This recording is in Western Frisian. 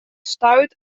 stuit